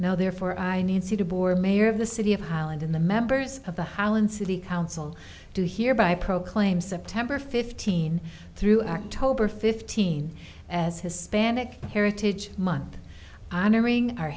now therefore i need see tibor mayor of the city of holland in the members of the highland city council to hear by proclaim september fifteen through october fifteenth as hispanic heritage month honoring our